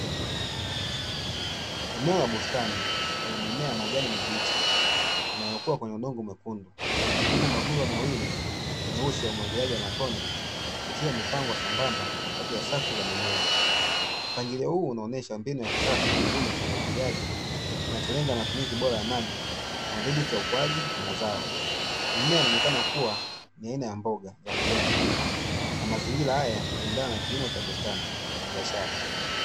Eneo la bustani lenye mimea ya majani mabichi yanayokua kwenye udongo mwekundu, huku mabomba mawili myeusi ya umwagiliaji wa matone yakiwa yamepangwa sambamba kati ya safu za mimea. Mpangilio huu unaonesha mbinu ya kisasa ya kilimo cha umwagiliaji kinacholenga matumizi bora ya maji na udhibiti wa ukuaji wa mazao. Mimea inaonekana kuwa ni aina ya mboga za majani, na mazingira yanaendana na kilimo cha bustani cha kibiashara.